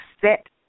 set